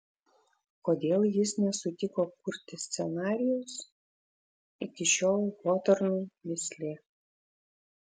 kodėl jis nesutiko kurti scenarijaus iki šiol hotornui mįslė